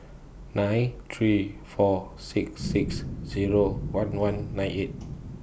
nine three four six six Zero one one nine eight